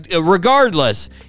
Regardless